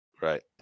Right